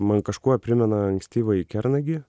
man kažkuo primena ankstyvąjį kernagį